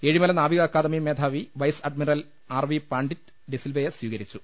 ഏഴിമല നാവിക അക്കാദമി മേധാവി vice admiral R V Pandit ഡിസിൽവയെ സ്വീകരിച്ചു